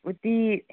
ꯎꯇꯤ